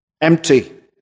empty